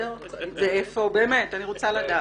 אני רוצה לדעת.